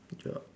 good job